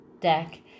deck